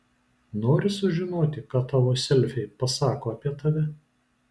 nori sužinoti ką tavo selfiai pasako apie tave